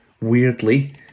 weirdly